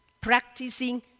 Practicing